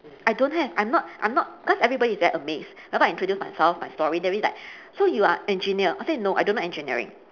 I don't have I'm not I'm not because everybody is very amazed that's why I introduce myself my story that's means like so you are engineer I said no I don't know engineering